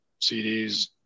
cds